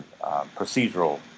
procedural